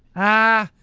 ah.